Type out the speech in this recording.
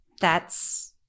that's-